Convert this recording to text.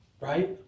right